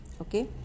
Okay